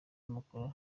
mukuru